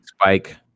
Spike